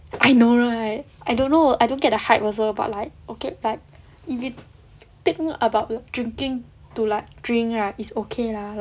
I know right I don't know I don't get the hype also but like okay but if it take note about drinking to like drink right is okay lah